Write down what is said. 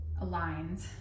aligned